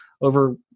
over